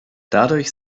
dadurch